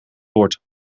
wordt